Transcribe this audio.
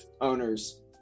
owners